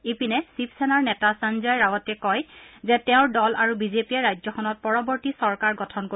ইপিনে শিৱসেনাৰ নেতা সঞ্জয় ৰাৱতে কয় যে তেওঁৰ দল আৰু বিজেপিয়ে ৰাজ্যখনত পৰৱৰ্তী চৰকাৰ গঠন কৰিব